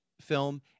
film